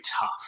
tough